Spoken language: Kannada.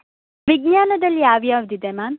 ವಿಜ್ಞಾನದಲ್ಲಿ ಯಾವ ಯಾವ್ದು ಇದೆ ಮ್ಯಾಮ್